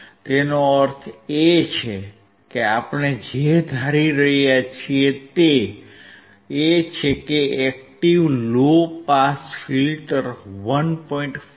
તેનો અર્થ એ છે કે આપણે જે ધારી રહ્યા છીએ તે એ છે કે એક્ટીવ લો પાસ ફિલ્ટર 1